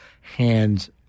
hands